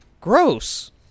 Gross